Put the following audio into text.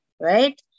right